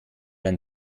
ein